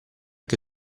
che